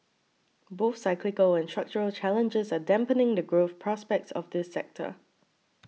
both cyclical and structural challenges are dampening the growth prospects of this sector